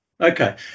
Okay